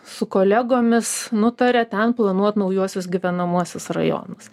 su kolegomis nutarė ten planuot naujuosius gyvenamuosius rajonus